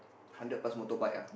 hundred plus motor bike ah